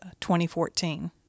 2014